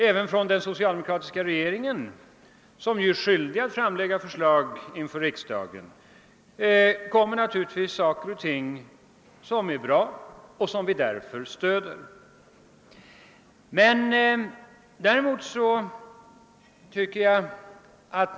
även från den socialdemokratiska regeringen, som ju är skyldig att lägga fram förslag inför riksdagen, kommer naturligtvis initiativ som är bra och som vi därför stödjer.